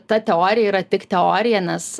ta teorija yra tik teorija nes